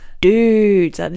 dudes